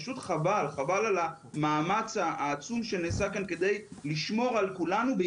פשוט חבל על המאמץ העצום שנעשה כדי לשמור על כולנו.